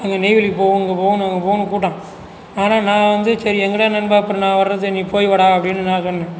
அங்கே நெய்வேலிக்கு போவோம் இங்கே போவோம் அங்கே போவோன்னு கூப்பிட்டான் ஆனால் நான் வந்து சரி எங்கடா நண்பா அப்புறம் நான் வர்றது நீ போய் வாடா அப்படின்னு நான் சொன்னேன்